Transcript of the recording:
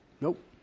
nope